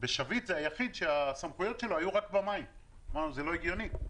ושביט זה היחיד שהסמכויות שלו היו רק במים אמרנו: זה לא הגיוני,